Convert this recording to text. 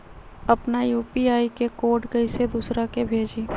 अपना यू.पी.आई के कोड कईसे दूसरा के भेजी?